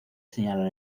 señalar